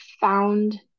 found